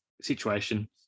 situation